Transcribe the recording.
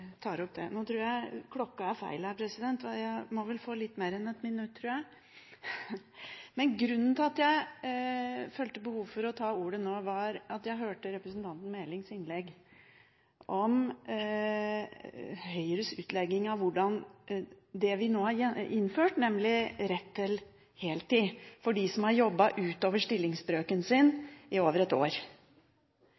tar opp det. Grunnen til at jeg følte behov for å ta ordet nå, var representanten Melings innlegg om Høyres utlegging om det vi nå har innført, nemlig rett til heltid for dem som har jobbet utover stillingsbrøken sin